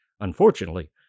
unfortunately